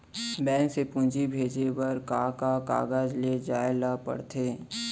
Bank से पूंजी भेजे बर का का कागज ले जाये ल पड़थे?